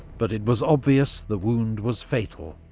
but it was obvious the wound was fatal,